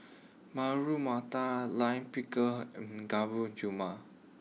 Matar Lime Pickle and Gulab Jamun